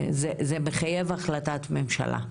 מחייב החלטת ממשלה,